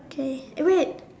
okay eh wait